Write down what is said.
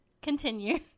continue